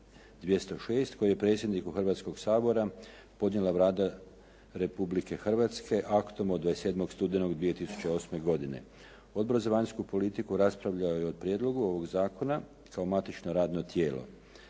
206 koji je predsjedniku Hrvatskoga sabora podnijela Vlada Republike Hrvatske aktom od 27. studenog 2008. godine. Odbor za vanjsku politiku raspravljao je o prijedlogu ovog zakona kao matično radno tijelo.